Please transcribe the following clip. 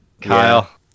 kyle